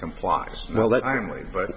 comply but